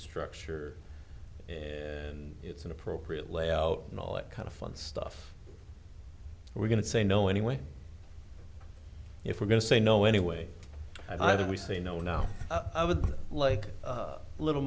structure and it's an appropriate layout and all that kind of fun stuff we're going to say no anyway if we're going to say no anyway i did we say no now i would like a little